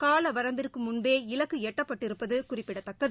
காலவரம்பிற்குமுன்பே இலக்குஎட்டப்பட்டிருப்பதுகுறிப்பிடத்தக்கது